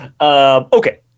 Okay